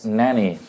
nanny